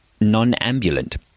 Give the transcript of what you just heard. non-ambulant